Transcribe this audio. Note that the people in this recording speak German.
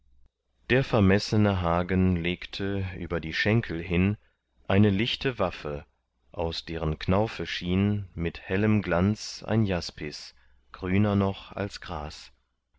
der vermessne hagen legte über die schenkel hin eine lichte waffe aus deren knaufe schien mit hellem glanz ein jaspis grüner noch als gras